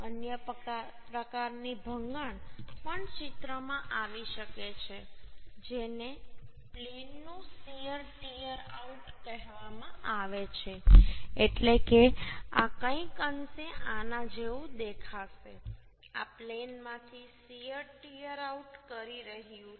અન્ય પ્રકારની ભંગાણ પણ ચિત્રમાં આવી શકે છે જેને પ્લેનનું શીયર ટીયર આઉટ કહેવામાં આવે છે એટલે કે આ કંઈક અંશે આના જેવું દેખાશે આ પ્લેનમાંથી શીયર ટીયર આઉટ કરી રહ્યું છે